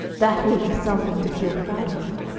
that will be something to feel proud of.